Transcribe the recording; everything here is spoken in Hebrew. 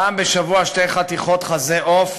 ופעם בשבוע שתי חתיכות חזה עוף.